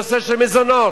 נושא של מזונות.